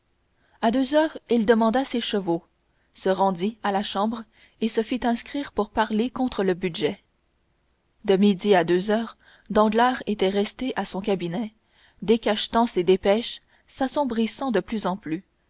à deux heures il demanda ses chevaux se rendit à la chambre et se fit inscrire pour parler contre le budget de midi à deux heures danglars était resté à son cabinet décachetant ses dépêches s'assombrissant de plus en plus